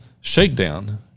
shakedown